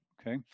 Okay